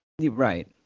Right